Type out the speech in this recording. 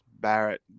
Barrett